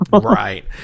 Right